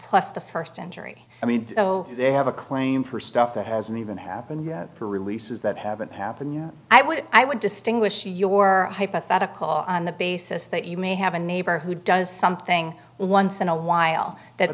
plus the first injury i mean so they have a claim for stuff that hasn't even happened yet for releases that haven't happened yet i would i would distinguish your hypothetical on the basis that you may have a neighbor who does something once in a while that